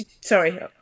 Sorry